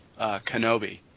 Kenobi